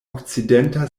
okcidenta